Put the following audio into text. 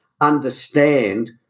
understand